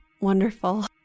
wonderful